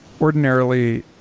ordinarily